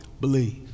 believe